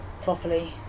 properly